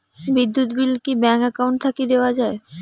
বিদ্যুৎ বিল কি bank account থাকি দেওয়া য়ায়?